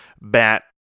bat